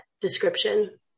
description